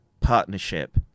partnership